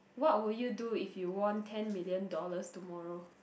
what would you do if you won ten million dollars tomorrow